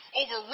over